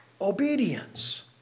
Obedience